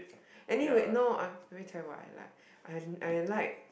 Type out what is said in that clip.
anyway no I let me tell you what I like I like